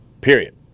period